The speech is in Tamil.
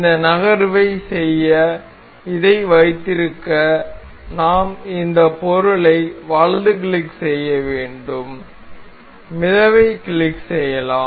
இந்த நகர்வைச் செய்ய இதை வைத்திருக்க நாம் இந்த பொருளை வலது கிளிக் செய்ய வேண்டும் மிதவை கிளிக் செய்யலாம்